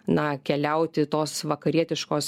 na keliauti tos vakarietiškos